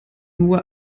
nur